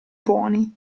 buoni